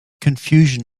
confusion